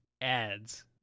ads